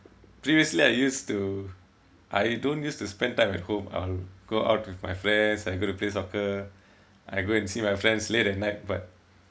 previously I used to I don't use to spend time at home I'll go out with my friends and go to play soccer I go and see my friends late at night but